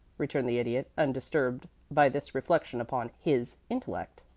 returned the idiot, undisturbed by this reflection upon his intellect.